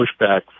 pushback